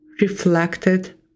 reflected